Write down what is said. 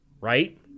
right